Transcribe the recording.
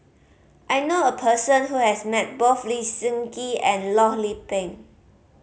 I know a person who has met both Lee Seng Gee and Loh Lik Peng